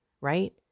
right